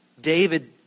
David